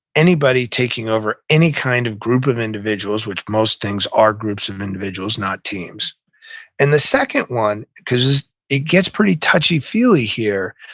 anybody taking over any kind of group of individuals, which, most things are groups of individuals, not teams and the second one, it gets pretty touchy-feely here,